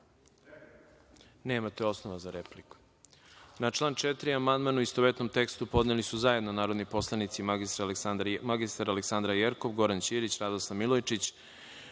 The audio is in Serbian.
osnov za repliku. Na član 4. amandman u istovetnom tekstu podneli su zajedno narodni poslanici mr Aleksandra Jerkov, Goran Ćirić, Radoslav Milojičić,